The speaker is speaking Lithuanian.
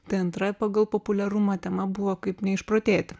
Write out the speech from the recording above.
tai antra pagal populiarumą tema buvo kaip neišprotėti